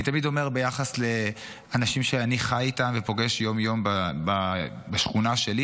אני תמיד אומר ביחס לאנשים שאני חי איתם ופוגש יום-יום בשכונה שלי,